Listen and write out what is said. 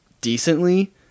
decently